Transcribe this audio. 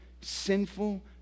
sinful